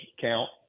count